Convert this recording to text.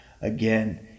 again